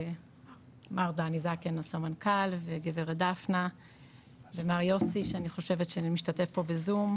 מר דני זקן הסמנכ"ל וגברת דפנה ומר יוסי שאני חושבת שמשתתף פה בזום,